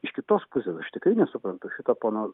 iš kitos pusės aš tikrai nesuprantu šito pono